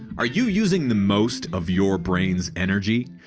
are you using the most of your brain's energy?